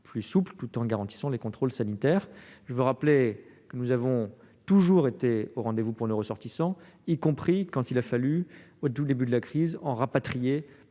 plus souple, qui permet de garantir les contrôles sanitaires. Nous avons toujours été au rendez-vous pour nos ressortissants, y compris quand il a fallu, au tout début de la crise, en rapatrier